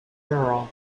girl